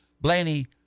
Blaney